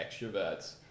extroverts